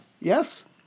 yes